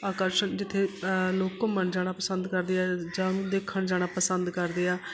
ਆਕਰਸ਼ਣ ਜਿੱਥੇ ਲੋਕ ਘੁੰਮਣ ਜਾਣਾ ਪਸੰਦ ਕਰਦੇ ਆ ਜਾਂ ਦੇਖਣ ਜਾਣਾ ਪਸੰਦ ਕਰਦੇ ਆ